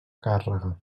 càrrega